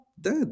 dead